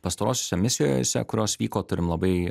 pastarosiose misijose kurios vyko turim labai